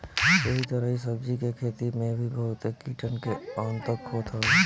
एही तरही सब्जी के खेती में भी बहुते कीटन के आतंक होत हवे